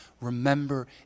remember